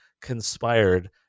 conspired